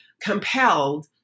compelled